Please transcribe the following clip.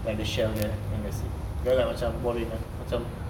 like the Shell there and that's it then like macam boring eh macam